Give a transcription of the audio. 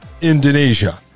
indonesia